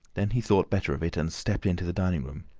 then he thought better of it and stepped into the dining-room.